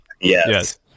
Yes